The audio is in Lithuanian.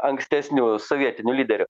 ankstesnių sovietinių lyderių